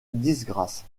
disgrâce